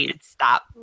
stop